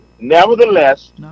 Nevertheless